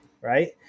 right